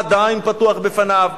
עדיין פתוח בפניו,